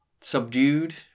subdued